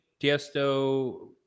Tiesto